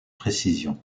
précision